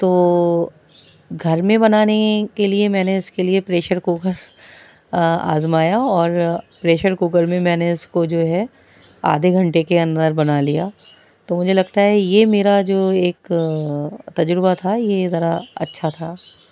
تو گھر میں بنانے کے لیے میں نے اس کے لیے پریشر کوکر آزمایا اور پریشر کوکر میں میں نے اس کو جو ہے آدھے گھنٹے کے اندر بنا لیا تو مجھے لگتا ہے یہ میرا جو ایک تجربہ تھا یہ ذرا اچھا تھا